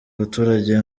abaturage